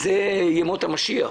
זה ימות המשיח.